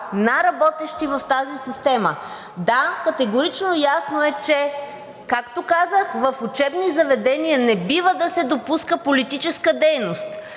на работещи в тази система. Да, категорично ясно е, че, както казах, в учебни заведения не бива да се допуска политическа дейност.